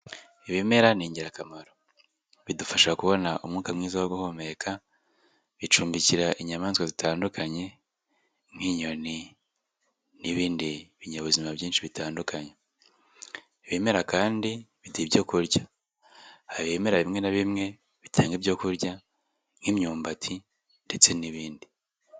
Ibimera ni ingirakamaro bidufasha kubona umwuka mwiza wo guhumeka, bicumbikira inyamaswa zitandukanye, nk'inyoni n'ibindi binyabuzima byinshi bitandukanye, ibimera kandi biduha ibyo kurya, hari ibimera bimwe na bimwe bitanga ibyo kurya nk'imyumbati ndetse n'ibindi.